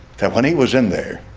stephanie was in there